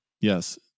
Yes